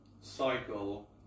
cycle